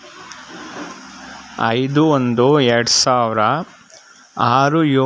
ಐದು ಒಂದು ಎರಡು ಸಾವಿರ ಆರು ಏಳು ಎರಡು ಸಾವಿರ್ದ ಒಂದು